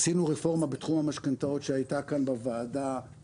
עשינו רפורמה בתחום המשכנתאות שהייתה כאן בוועדה,